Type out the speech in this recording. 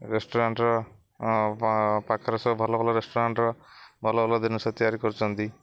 ରେଷ୍ଟୁରାଣ୍ଟର ପାଖରେ ସବୁ ଭଲ ଭଲ ରେଷ୍ଟୁରାଣ୍ଟର ଭଲ ଭଲ ଜିନିଷ ତିଆରି କରୁଛନ୍ତି